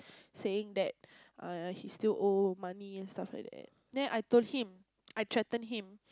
saying that err he still owe money and stuff like that then I told him I threaten him